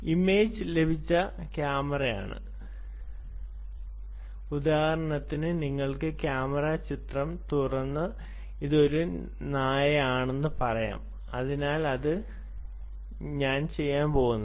image ലഭിച്ച ക്യാമറയാണ് ഉദാഹരണത്തിന് നിങ്ങൾക്ക് ക്യാമറ ചിത്രം തുറന്ന് ഇത് ഒരു നായയാണെന്ന് പറയാം അതിനാൽ ഞാൻ അത് ചെയ്യാൻ പോകുന്നില്ല